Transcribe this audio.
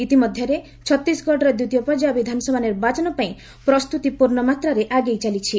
ଇତିମଧ୍ୟରେ ଛତିଶଗଡ଼ର ଦ୍ୱିତୀୟ ପର୍ଯ୍ୟାୟ ବିଧାନସଭା ନିର୍ବାଚନ ପାଇଁ ପ୍ରସ୍ତୁତି ପୂର୍ଣ୍ଣମାତ୍ରାରେ ଆଗେଇ ଚାଲିଛି